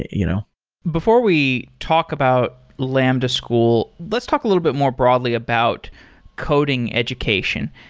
you know before we talk about lambda school, let's talk a little bit more probably about coding education.